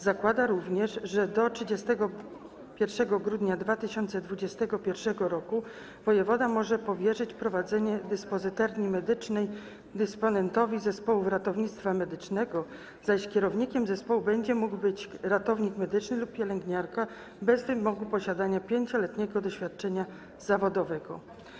Zakłada również, że do 31 grudnia 2021 r. wojewoda może powierzyć prowadzenie dyspozytorni medycznej dysponentowi zespołu ratownictwa medycznego, zaś kierownikiem zespołu będzie mógł być ratownik medyczny lub pielęgniarka bez wymogu posiadania 5-letniego doświadczenia zawodowego.